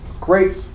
great